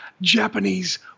Japanese